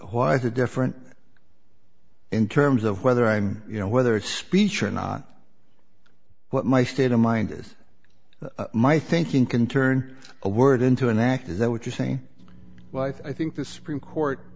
why is it different in terms of whether i'm you know whether it's speech or not what my state of mind is my thinking can turn a word into an act is that what you're saying well i think the supreme court